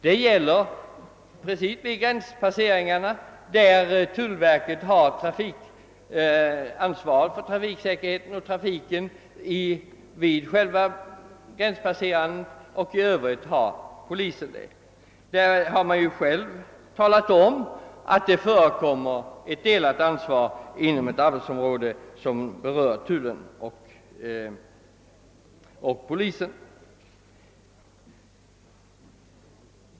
Det gäller just vid gränspasseringarna, där tullverket har ansvaret för trafiken och trafiksäkerheten vid själva gränspasserandet; i övrigt har polisen detta ansvar. Här anges alltså att redan nu ett delat ansvar förekommer inom ett arbetsområde som berör tullen och polisen.